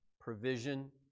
Provision